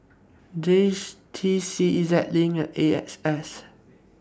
J T C Ez LINK and A X S